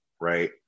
right